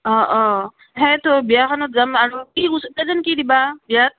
অঁ অঁ সেইটো বিয়াখনত যাম আৰু প্ৰেজেণ্ট কি দিবা বিয়াত